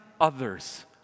others